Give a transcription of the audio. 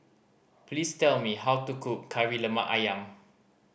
please tell me how to cook Kari Lemak Ayam